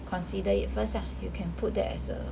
consider it first lah you can put that as a